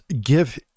give